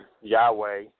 Yahweh